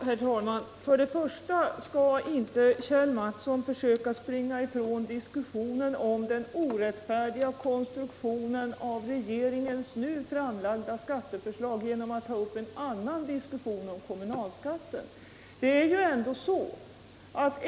Herr talman! Kjell Mattsson skall inte försöka springa ifrån diskussionen om den orättfärdiga konstruktionen av regeringens nu framlagda skatteförslag genom att ta upp en annan diskussion, den om kommunalskatten.